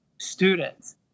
students